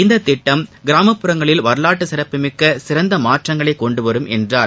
இந்தத் திட்டம் கிராமப்புறங்களில் வரலாற்று சிறப்புமிக்க சிறந்த மாற்றங்களை கொண்டு வரும் என்றார்